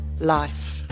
life